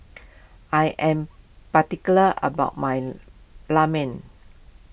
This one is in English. I am particular about my Ramen